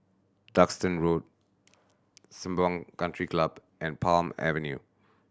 Duxton Road Sembawang Country Club and Palm Avenue